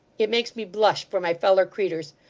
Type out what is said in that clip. it makes me blush for my feller creeturs.